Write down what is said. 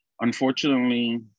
unfortunately